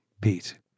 Pete